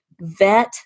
Vet